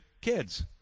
kids